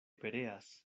pereas